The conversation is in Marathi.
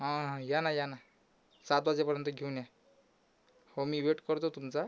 हां हां या ना या ना सात वाजेपर्यंत घेऊन या हो मी वेट करतो तुमचा